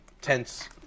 tense